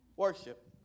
worship